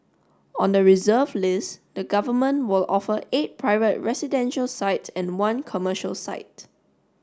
on the reserve list the government will offer eight private residential sites and one commercial site